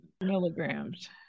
milligrams